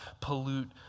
pollute